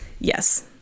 Yes